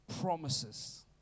promises